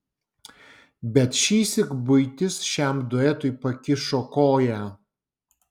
bet šįsyk buitis šiam duetui pakišo koją